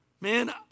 Man